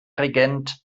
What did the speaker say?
regent